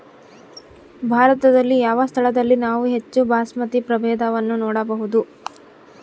ಭಾರತದಲ್ಲಿ ಯಾವ ಸ್ಥಳದಲ್ಲಿ ನಾವು ಹೆಚ್ಚು ಬಾಸ್ಮತಿ ಪ್ರಭೇದವನ್ನು ನೋಡಬಹುದು?